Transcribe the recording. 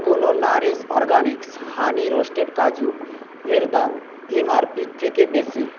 কোনো Nourish Organics honey roasted কাজু এর দাম এম আর পির থেকে বেশি